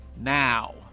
now